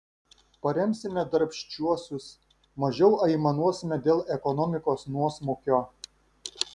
paremsime darbščiuosius mažiau aimanuosime dėl ekonomikos nuosmukio